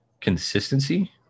consistency